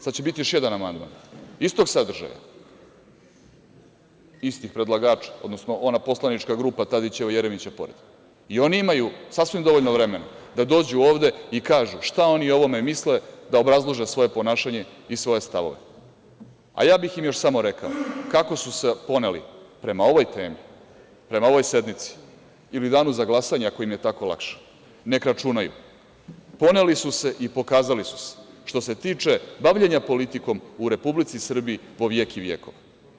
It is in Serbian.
Sada će biti još jedan amandman istog sadržaja, isti predlagač, odnosno ona poslanička grupa Tadićeva, Jeremićeva i oni imaju sasvim dovoljno vremena da dođu ovde i kažu šta oni o ovome misle, da obrazlože svoje ponašanje i svoje stavove, a ja bih im još samo rekao - kako su se poneli prema ovoj temi, prema ovoj sednici, ili danu za glasanje, ako im je tako lakše, nek računaju - poneli su se i pokazali su se što se tiče bavljenja politikom u Republici Srbiji po vjek i vjekova.